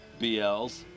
BLs